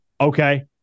Okay